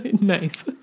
Nice